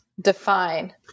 define